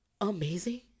amazing